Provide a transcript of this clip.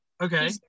Okay